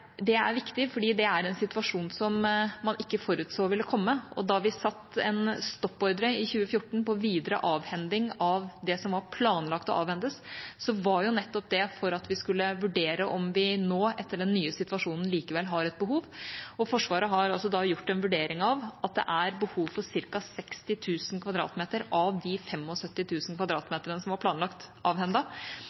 en situasjon som man ikke forutså ville komme. Da vi satte en stoppordre i 2014 for videre avhending av det som var planlagt å avhendes, var det nettopp for at vi skulle vurdere om vi nå etter den nye situasjonen likevel har et behov. Forsvaret har altså gjort en vurdering av at det er et behov for ca. 60 000 m2 av de 75 000 m2 som var planlagt